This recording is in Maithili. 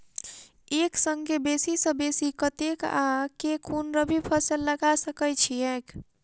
एक संगे बेसी सऽ बेसी कतेक आ केँ कुन रबी फसल लगा सकै छियैक?